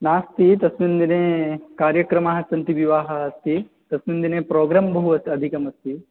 नास्ति तस्मिन् दिने कार्यक्रमाः सन्ति विवाहः अस्ति तस्मिन् दिने प्रोग्रां बहु अधिकमस्ति